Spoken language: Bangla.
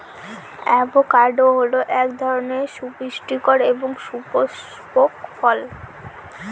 অ্যাভোকাডো হল এক ধরনের সুপুষ্টিকর এবং সপুস্পক ফল